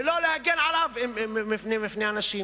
ולא להגן עליו מפני אנשים,